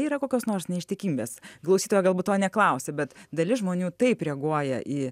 yra kokios nors neištikimybės klausytoja galbūt to neklausė bet dalis žmonių taip reaguoja į